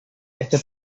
este